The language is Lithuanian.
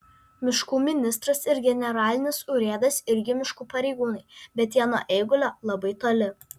miškų ministras ir generalinis urėdas irgi miškų pareigūnai bet jie nuo eigulio labai toli